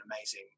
amazing